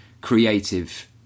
creative